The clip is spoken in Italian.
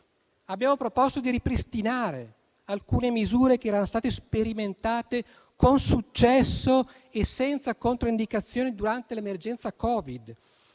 Abbiamo proposto di ripristinare alcune misure che erano state sperimentate con successo e senza controindicazioni durante l'emergenza Covid